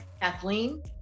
Kathleen